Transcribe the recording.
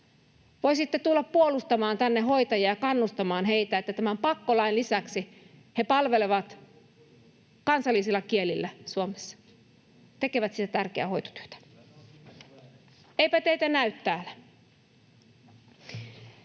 Voisitte tulla tänne puolustamaan hoitajia ja kannustamaan heitä, että tämän pakkolain lisäksi he palvelevat kansallisilla kielillä Suomessa, tekevät sitä tärkeää hoitotyötä. Eipä teitä näy täällä.